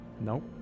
Nope